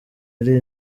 ari